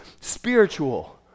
spiritual